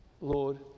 Lord